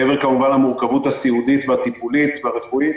מעבר למורכבות הסיעודית והטיפולית והרפואית,